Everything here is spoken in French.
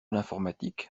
l’informatique